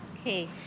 Okay